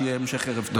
שיהיה המשך ערב טוב.